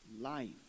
life